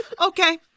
okay